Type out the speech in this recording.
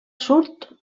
sud